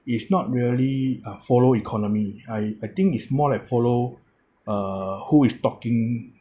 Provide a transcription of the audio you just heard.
is not merely uh follow economy I I think it's more like follow uh who is talking